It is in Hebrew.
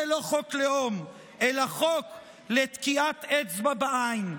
הוא לא חוק לאום אלא חוק לתקיעת אצבע בעין.